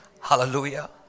Hallelujah